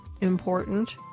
important